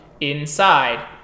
inside